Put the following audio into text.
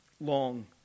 long